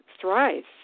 thrives